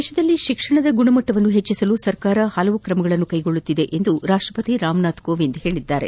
ದೇಶದಲ್ಲಿ ಶಿಕ್ಷಣದ ಗುಣಮಟ್ಲ ಹೆಚ್ಚಸಲು ಸರ್ಕಾರ ಪಲವು ಕ್ರಮಗಳನ್ನು ಕೈಗೊಳ್ಳುತ್ತಿದೆ ಎಂದು ರಾಷ್ಲಪತಿ ರಾಮನಾಥ ಕೋವಿಂದ್ ಹೇಳಿದ್ದಾರೆ